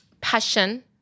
passion